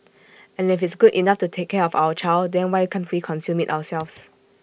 and if it's good enough to take care of our child then why can't we consume IT ourselves